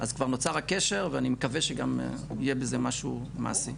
אז כבר נוצר הקשר ואני מקווה שגם יהיה בזה משהו מעשי.